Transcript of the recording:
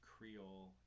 Creole